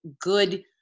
good